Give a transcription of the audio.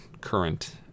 current